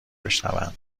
بشوند